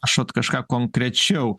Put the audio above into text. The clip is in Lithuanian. aš vat kažką konkrečiau